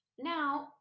now